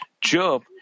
Job